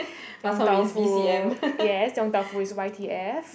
Yong-Tau-Foo yes Yong-Tau-Foo is y_t_f